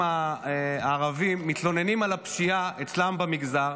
הערבים מתלוננים על הפשיעה אצלם במגזר,